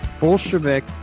Bolshevik